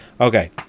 Okay